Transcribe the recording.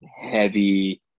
heavy